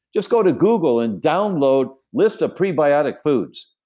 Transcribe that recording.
just go to google and download list of prebiotic foods,